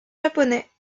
japonais